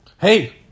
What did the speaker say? Hey